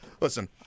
Listen